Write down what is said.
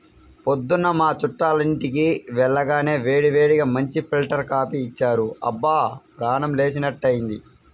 పొద్దున్న మా చుట్టాలింటికి వెళ్లగానే వేడివేడిగా మంచి ఫిల్టర్ కాపీ ఇచ్చారు, అబ్బా ప్రాణం లేచినట్లైంది